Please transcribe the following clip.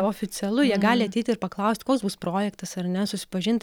oficialu jie gali ateiti ir paklausti koks bus projektas ar ne susipažint